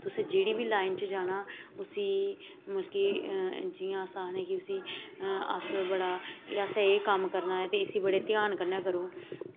तुस जेह्ड़ी बी लाईन च जाना ते इस्सी जियां कि अस आक्खने आं कि उस्सी अस बड़ा ते असें एह् कम्म करना ऐ ते इस्सी बड़े ध्यान कन्नै करो